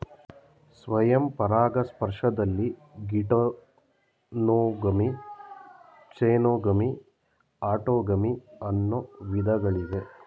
ಸ್ವಯಂ ಪರಾಗಸ್ಪರ್ಶದಲ್ಲಿ geitonogamy, xenogamy, autogamy ಅನ್ನೂ ವಿಧಗಳಿವೆ